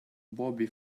bobby